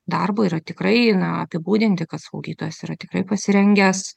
darbo yra tikrai na apibūdinti kad slaugytojas yra tikrai pasirengęs